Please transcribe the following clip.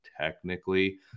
technically